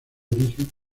origen